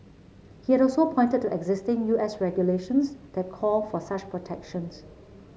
it had also pointed to existing U S regulations that call for such protections